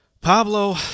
Pablo